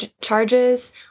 charges